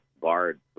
Bard